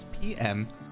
PM